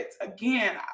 again